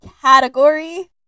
category